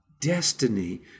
destiny